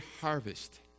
harvest